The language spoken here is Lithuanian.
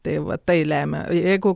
tai va tai lemia jeigu